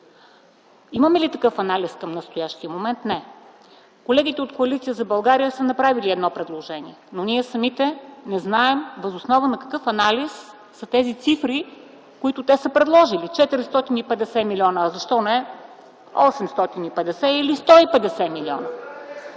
Има ли такъв анализ към настоящия момент? Не. Колегите от Коалиция за България са направили едно предложение, но ние самите не знаем въз основа на какъв анализ са тези цифри, които те са предложили – 450 милиона. А защо не 850 или 150 милиона?